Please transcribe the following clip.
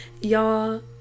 y'all